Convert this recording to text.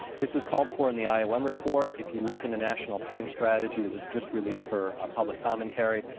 this was called for in the ah iom report. if you look in the national pain strategy that was just released for public commentary,